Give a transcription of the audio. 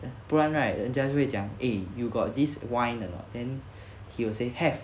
不然 right 人家会讲 eh you got this wine or not then he will say have